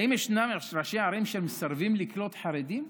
האם ישנם ראשי ערים שמסרבים לקלוט חרדים?